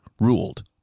ruled